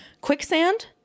quicksand